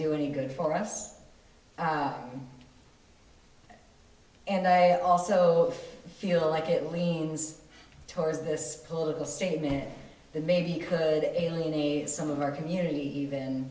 do any good for us and i also feel like it leans towards this political statement that maybe could alienate some of our community even